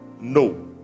No